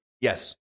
yes